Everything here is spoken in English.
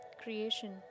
creation